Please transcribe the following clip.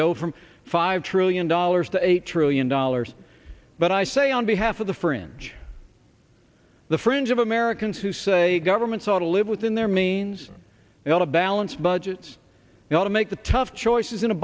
go from five trillion dollars to eight trillion dollars but i say on behalf of the fringe the fringe of americans who say government's ought to live within their means they ought to balance budgets we ought to make the tough choices in a